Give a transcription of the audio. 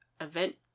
event